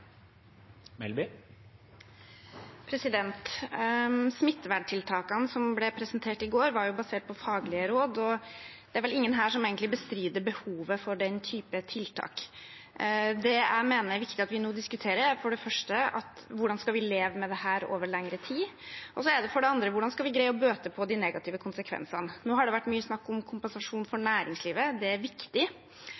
Melby. Smittevernstiltakene som ble presentert i går, var basert på faglige råd, og det er vel ingen her som egentlig bestrider behovet for den type tiltak. Det jeg mener er viktig at vi nå diskuterer, er for det første hvordan vi skal leve med dette over lengre tid. Og for det andre: Hvordan skal vi greie å bøte på de negative konsekvensene? Nå har det vært mye snakk om kompensasjon for